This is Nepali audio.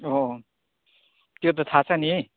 हो त्यो त थाहा छ नि